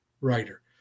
writer